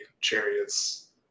chariots